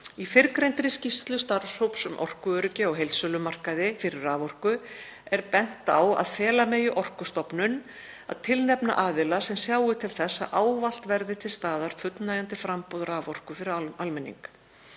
Í fyrrgreindri skýrslu starfshóps um orkuöryggi á heildsölumarkaði fyrir raforku er bent á að fela megi Orkustofnun að tilnefna aðila sem sjái til þess að ávallt verði til staðar fullnægjandi framboð raforku fyrir almenning.